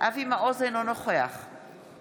אינה נוכחת